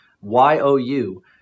Y-O-U